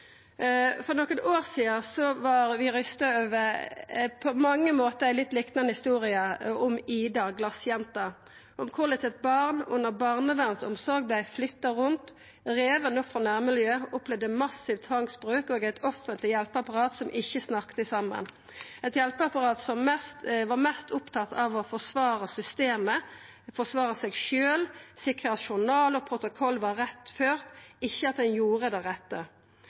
For nokre år sidan var vi forferda over ei på mange måtar liknande historie, om Ida, glassjenta, om korleis eit barn under barnevernsomsorg vart flytta rundt, rive opp frå nærmiljøet, opplevde massiv tvangsbruk og eit offentleg hjelpeapparat som ikkje snakka saman, eit hjelpeapparat som var mest opptatt av å forsvara systemet, forsvara seg sjølv og sikra at journal og protokoll var rett ført – ikkje at ein gjorde det rette.